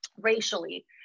racially